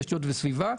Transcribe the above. תשתיות וסביבה,